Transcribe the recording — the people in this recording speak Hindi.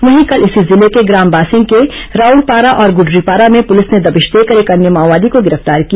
वहीं कल इसी जिले के ग्राम बासिंग के राउड़पारा और गुडरीपारा में पुलिस ने दबिश देकर एक अन्य माओवादी को गिरफ्तार किया